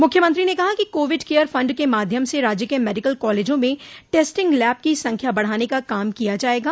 मुख्यमंत्री ने कहा कि कोविड केयर फंड के माध्यम से राज्य के मेडिकल कॉलेजों में टेस्टिंग लैब की संख्या बढ़ाने का काम किया जायेगा